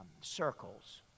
circles